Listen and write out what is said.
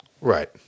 Right